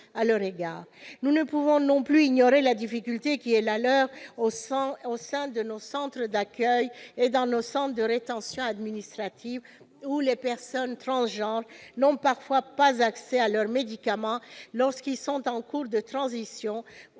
Nous ne pouvons pas non plus ignorer la difficulté qui est la leur au sein de nos centres d'accueil et de rétention administrative, où elles n'ont parfois pas accès à leurs médicaments lorsqu'elles sont en cours de transition,